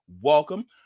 welcome